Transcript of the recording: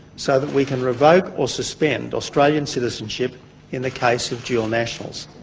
so that we can revoke or suspend australian citizenship in the case of dual nationals.